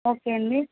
okay అండి